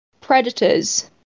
Predators